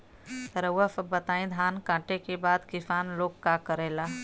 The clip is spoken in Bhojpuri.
रउआ सभ बताई धान कांटेके बाद किसान लोग का करेला?